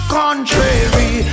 contrary